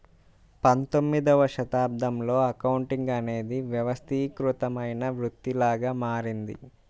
పంతొమ్మిదవ శతాబ్దంలో అకౌంటింగ్ అనేది వ్యవస్థీకృతమైన వృత్తిలాగా మారింది